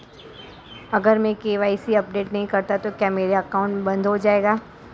अगर मैं KYC update नहीं करता तो क्या मेरा अकाउंट बंद हो जाएगा?